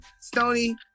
Stony